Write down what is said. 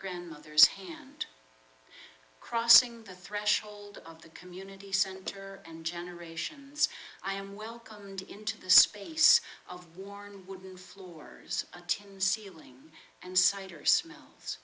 grandmother's hand crossing the threshold of the community center and generations i am welcomed into the space of worn wooden floors attends ceiling and cider smells